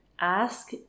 ask